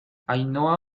ainhoa